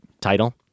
title